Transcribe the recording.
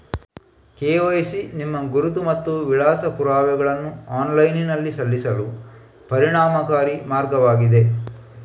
KYC ನಿಮ್ಮ ಗುರುತು ಮತ್ತು ವಿಳಾಸ ಪುರಾವೆಗಳನ್ನು ಆನ್ಲೈನಿನಲ್ಲಿ ಸಲ್ಲಿಸಲು ಪರಿಣಾಮಕಾರಿ ಮಾರ್ಗವಾಗಿದೆ